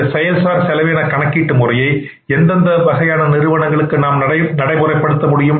இந்த செயல் சார் செலவின கணக்கீட்டு முறையை எந்தெந்த வகையான நிறுவனங்களுக்கு நாம் நடைமுறைப்படுத்த முடியும்